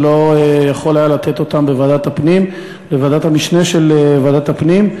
שלא יכול היה לתת אותן בוועדת המשנה של ועדת הפנים,